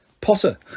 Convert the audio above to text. Potter